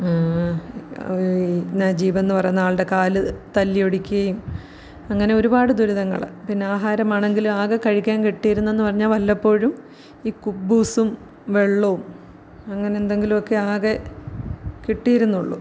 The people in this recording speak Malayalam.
അ നജീബെന്ന് പറയുന്ന ആളുടെ കാല് തല്ലി ഒടിക്കുകയും അങ്ങനെ ഒരുപാട് ദുരിതങ്ങള് പിന്നെ ആഹാരമാണെങ്കിലും ആകെ കഴിക്കാന് കിട്ടിയിരുന്നെന്ന് പറഞ്ഞാല് വല്ലപ്പോഴും ഈ കുബൂസും വെള്ളവും അങ്ങനെന്തെങ്കിലും ഒക്കെ ആകെ കിട്ടിയിരുന്നുള്ളൂ